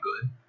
good